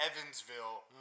Evansville